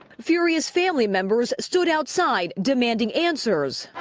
furious family members stood outside demanding answers.